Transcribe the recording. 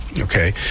okay